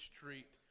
Street